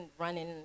running